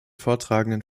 vortragenden